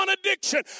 addiction